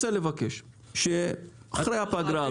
אני רוצה לבקש שאחרי הפגרה,